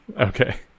Okay